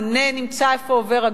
הנה נמצא איפה עובר הגבול,